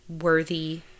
worthy